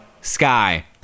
Sky